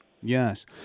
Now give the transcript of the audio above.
Yes